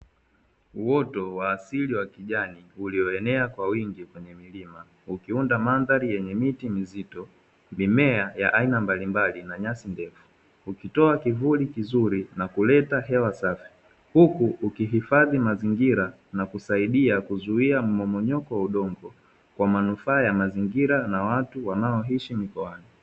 Uoto wa asili wa kijani ulioenea kwa wingi kwenye milima, ukiunda mandhari yenye miti mizito, mimea ya aina mbalimbali na nyasi ndefu. Ukitoa kivuli kizuri na kuleta hewa safi huku ukihifadhi mazingira na kusaidia kuzuia mmomonyoko wa udongo kwa manufaa ya mazingira na watu wanaoishi mikoani.